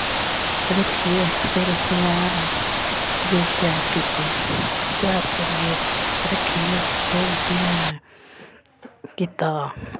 रक्खियै फिर उस्सी में कमीज त्यार कीती त्यार करियै रक्खियै फिर उस्सी में कीता